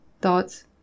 thoughts